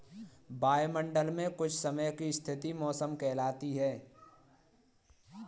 वायुमंडल मे कुछ समय की स्थिति मौसम कहलाती है